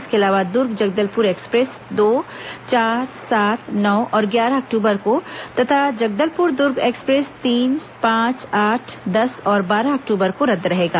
इसके अलावा दुर्ग जगदलपुर एक्सप्रेस दो चार सात नौ और ग्यारह अक्टूबर को तथा जगदलपुर दुर्ग एक्सप्रेस तीन पांच आठ दस और बारह अक्टूबर को रद्द रहेगा